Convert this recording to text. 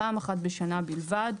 פעם אחת בשנה בלבד".